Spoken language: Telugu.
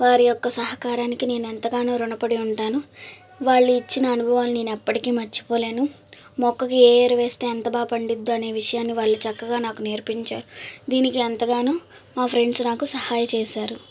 వారి యొక్క సహకారానికి నేను ఎంతగానో ఋణపడి ఉంటాను వాళ్ళు ఇచ్చిన అనుభవాలు నేను ఎప్పటికీ మర్చిపోలేను మొక్కకి ఏ ఎరువు వేస్తే ఎంత బాగా పండుతుంది అనే విషయాన్ని వాళ్ళు చక్కగా నాకు నేర్పించారు దీనికి ఎంతగానో మా ఫ్రెండ్స్ నాకు సహాయం చేశారు